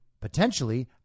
potentially